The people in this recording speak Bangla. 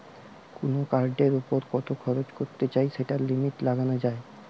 কুনো কার্ডের উপর কত খরচ করতে চাই সেটার লিমিট লাগানা যায়